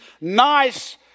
nice